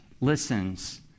listens